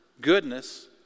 goodness